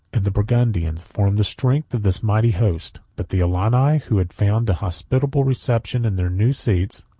and the burgundians, formed the strength of this mighty host but the alani, who had found a hospitable reception in their new seats,